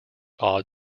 odd